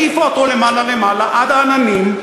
העיפה אותו למעלה למעלה עד העננים.